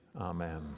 Amen